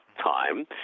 Time